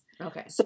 Okay